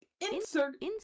Insert